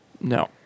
No